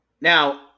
Now